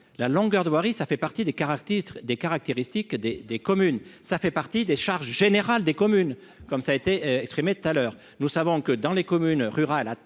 la longueur de voirie, ça fait partie des carafes titre des caractéristiques des des communes, ça fait partie des charges générales des communes comme ça a été exprimé tout à l'heure, nous savons que dans les communes rurales